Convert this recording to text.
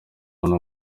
hano